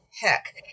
heck